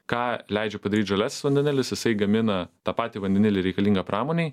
ką leidžia padaryt žaliasis vandenilis jisai gamina tą patį vandenilį reikalingą pramonei